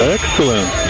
Excellent